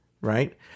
right